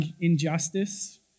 injustice